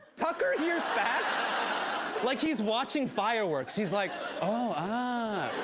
tucker hears facts like he's watching fireworks. he's like, oh, ah,